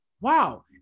wow